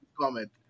Comment